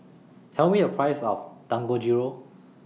Tell Me The Price of Dangojiru